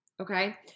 Okay